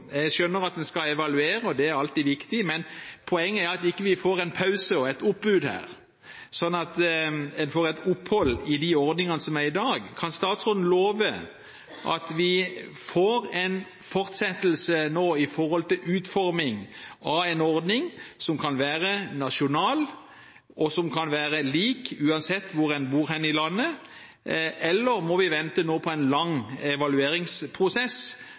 Jeg skjønner at en skal evaluere, og det er alltid viktig, men poenget er at vi ikke får en pause og et opphold i de ordningene som er i dag. Mitt spørsmål til statsråden til slutt er: Kan statsråden love at vi får en fortsettelse når det gjelder utformingen av en ordning som kan være nasjonal, og som kan være lik, uansett hvor en bor i landet, eller må vi vente på en lang evalueringsprosess